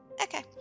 Okay